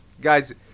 Guys